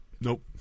Nope